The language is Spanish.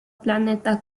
planeta